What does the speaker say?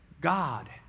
God